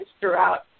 throughout